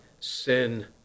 sin